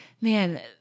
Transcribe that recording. Man